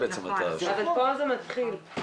כאן זה מתחיל.